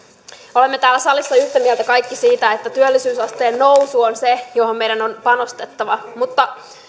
olemme täällä salissa yhtä mieltä kaikki siitä että työllisyysasteen nousu on se johon meidän on panostettava mutta olemme